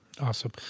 Awesome